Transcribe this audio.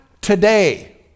Today